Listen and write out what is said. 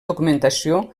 documentació